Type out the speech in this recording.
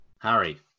Harry